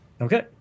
Okay